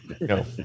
no